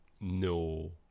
no